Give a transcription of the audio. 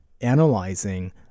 analyzing